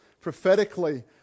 prophetically